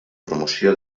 promoció